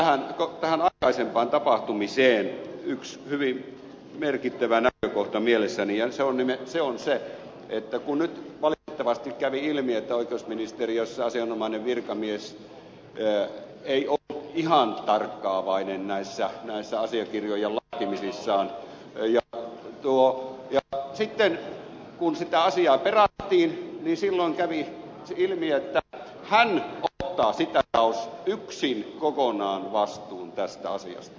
minulla on tähän aikaisempaan tapahtumiseen liittyen yksi hyvin merkittävä näkökohta mielessäni ja se on se että nyt valitettavasti kävi ilmi että oikeusministeriössä asianomainen virkamies ei ollut ihan tarkkaavainen näissä asiakirjojen laatimisissaan ja sitten kun sitä asiaa perattiin silloin kävi ilmi että hän ottaa yksin kokonaan vastuun tästä asiasta